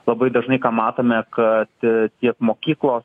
labai dažnai ką matome kad tiek mokyklos